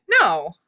no